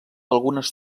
algunes